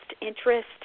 interest